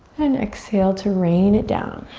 and exhale to rain it down.